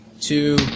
two